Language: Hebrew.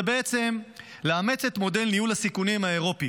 זה בעצם לאמץ את מודל ניהול הסיכונים האירופי